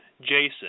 Jason